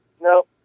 no